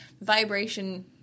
vibration